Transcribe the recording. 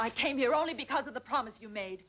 i came here only because of the promise you made